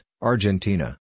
Argentina